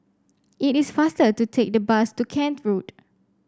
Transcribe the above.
it is faster to take the bus to Kent Road